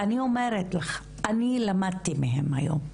אני אומרת לך, אני למדתי מהן היום,